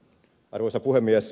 arvoisa puhemies